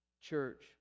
church